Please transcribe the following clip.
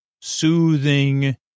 soothing